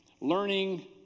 learning